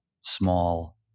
small